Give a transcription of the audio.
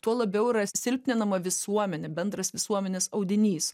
tuo labiau yra silpninama visuomenė bendras visuomenės audinys